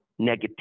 negativity